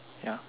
ya